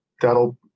that'll